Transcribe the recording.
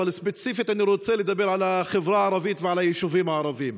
אבל ספציפית אני רוצה לדבר על החברה הערבית ועל היישובים הערביים.